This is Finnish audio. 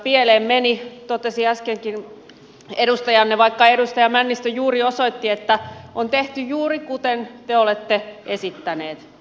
pieleen meni totesi äskenkin edustajanne vaikka edustaja männistö juuri osoitti että on tehty juuri kuten te olette esittäneet